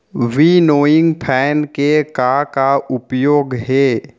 Winnowing fan के का का उपयोग हे?